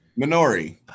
Minori